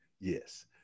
Yes